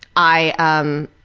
i, um.